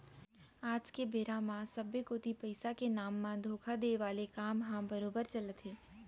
आज के बेरा म सबे कोती पइसा के नांव म धोखा देय वाले काम ह बरोबर चलत हे